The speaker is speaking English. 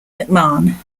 mcmahon